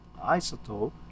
Isotope